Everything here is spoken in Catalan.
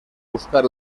buscar